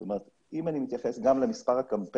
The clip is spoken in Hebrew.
זאת אומרת אם אני מתייחס גם למספר הקמפיינים